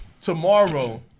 tomorrow